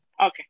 Okay